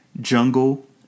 Jungle